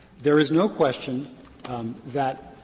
there is no question that,